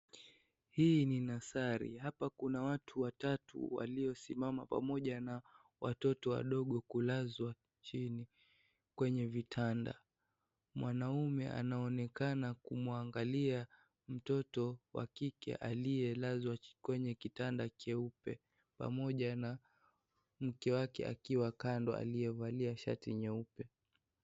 Hii ni Nursery . Hapa kuna watu watatu waliosimama pamoja na watoto wadogo kulazwa chini kwenye vitanda. Mwanaume anaonekana kumwangalia mtoto wa kike aliyelazwa kwenye kitanda kieupe pamoja na mke wake kando aliyevalia shati nyeupe.